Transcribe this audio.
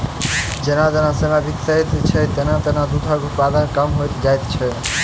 जेना जेना समय बीतैत छै, तेना तेना दूधक उत्पादन कम होइत जाइत छै